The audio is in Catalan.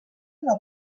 del